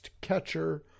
catcher